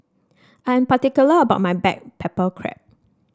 I'm particular about my back pepper crab